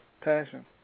Passion